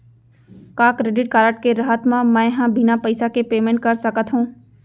का credit card के रहत म, मैं ह बिना पइसा के पेमेंट कर सकत हो?